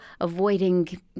avoiding